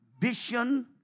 vision